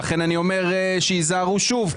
ולכן אני אומר שייזהרו שוב,